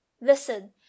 listen